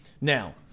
Now